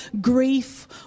grief